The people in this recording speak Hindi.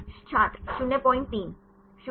छात्र 03